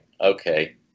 Okay